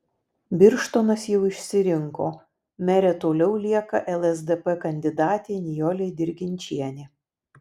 birštonas jau išsirinko mere toliau lieka lsdp kandidatė nijolė dirginčienė